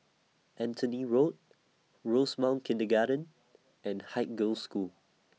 Anthony Road Rosemount Kindergarten and Haig Girls' School